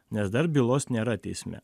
nes dar bylos nėra teisme